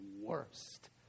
worst